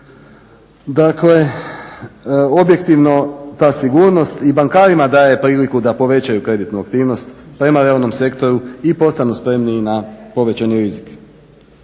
Dakle, objektivno ta sigurnost i bankarima daje priliku da povećaju kreditnu aktivnost prema realnom sektoru i postanu spremni i na povećani rizik.